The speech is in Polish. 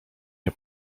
nie